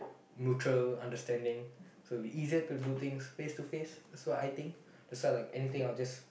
mutual understanding so it'll be easier to do things face to face that's what I think that's why like anything I just